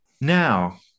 now